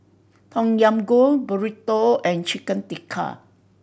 Tom Yam Goong Burrito and Chicken Tikka